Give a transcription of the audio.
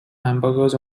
hamburgers